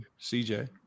CJ